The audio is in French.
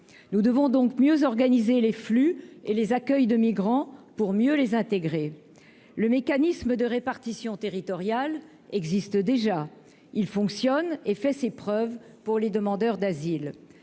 nous devons donc mieux organiser les flux et les accueil de migrants, pour mieux les intégrer le mécanisme de répartition territoriale existe déjà, il fonctionne et fait ses preuves pour les demandeurs d'asile,